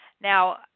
Now